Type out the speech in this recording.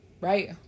right